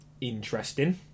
interesting